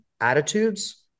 attitudes